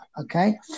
okay